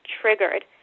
triggered